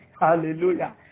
Hallelujah